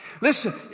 Listen